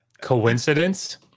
coincidence